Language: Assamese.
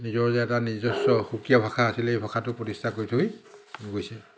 নিজৰ যে এটা নিজস্ব সুকীয়া ভাষা আছিলে এই ভাষাটো প্ৰতিষ্ঠা কৰি থৈ গৈছে